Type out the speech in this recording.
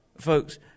folks